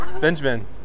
Benjamin